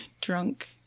drunk